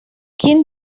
quin